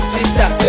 Sister